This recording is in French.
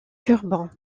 durban